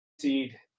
seed